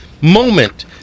moment